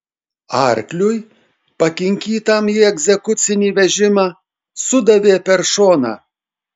arkliui pakinkytam į egzekucinį vežimą sudavė per šoną